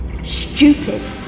Stupid